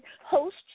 host